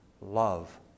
Love